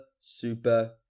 Super